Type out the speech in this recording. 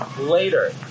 later